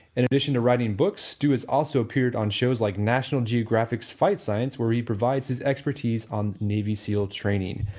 in addition to writing books stew has also appeared on shows like national geographic's fight science where he provides his expertise on navy seal training.